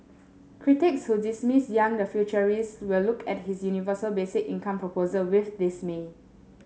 critics who dismiss Yang the futurist will look at his universal basic income proposal with dismay